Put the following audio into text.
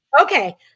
Okay